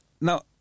Now